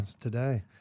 today